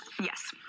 Yes